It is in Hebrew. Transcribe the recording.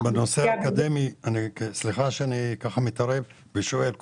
סליחה שאני מתערב ושואל.